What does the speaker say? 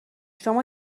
شما